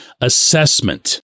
assessment